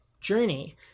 journey